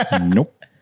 Nope